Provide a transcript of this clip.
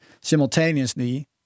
Simultaneously